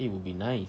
it would be nice